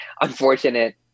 unfortunate